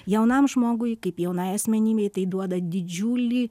jaunam žmogui kaip jaunai asmenybei tai duoda didžiulį